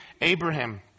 Abraham